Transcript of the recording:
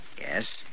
Yes